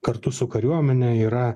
kartu su kariuomene yra